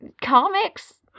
comics